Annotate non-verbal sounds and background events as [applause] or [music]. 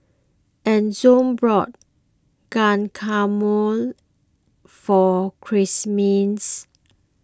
Enzo bought Guacamole for [unintelligible]